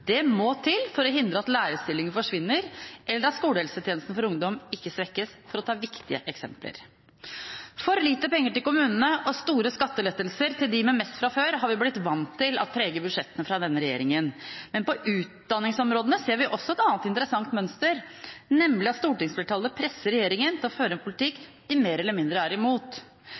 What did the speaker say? Det må til for å hindre at lærerstillinger forsvinner, eller at skolehelsetjenesten for ungdom ikke svekkes – for å ta noen viktige eksempler. For lite penger til kommunene og store skattelettelser til dem med mest fra før har vi blitt vant til preger budsjettene fra denne regjeringen, men på utdanningsområdene ser vi også et annet interessant mønster, nemlig at stortingsflertallet presser regjeringen til å føre en politikk de mer eller mindre er imot.